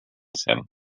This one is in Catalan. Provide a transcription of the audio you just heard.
cel